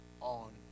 on